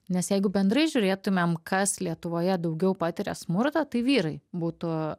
nes jeigu bendrai žiūrėtumėm kas lietuvoje daugiau patiria smurtą tai vyrai būtų